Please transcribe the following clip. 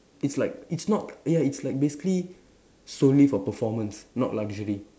it's like it's not ya it's like basically solely for performance not luxury